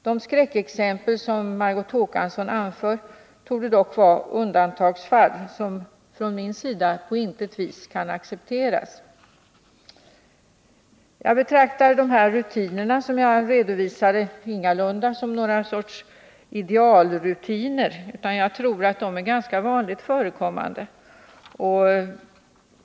De skräckexempel som Margot Håkansson anför torde dock vara undantagsfall som från min sida på intet vis kan accepteras. Jag betraktar ingalunda de rutiner som jag redovisade som några idealrutiner, utan jag tror de är ganska vanligt förekommande.